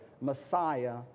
Messiah